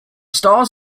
stars